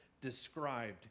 described